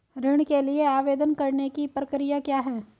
ऋण के लिए आवेदन करने की प्रक्रिया क्या है?